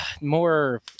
more